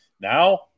Now